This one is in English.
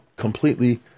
completely